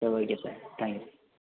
சரி okay sir thanks